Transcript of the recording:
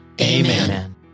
Amen